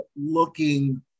looking